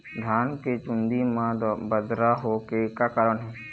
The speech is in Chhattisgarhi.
धान के चुन्दी मा बदरा होय के का कारण?